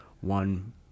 one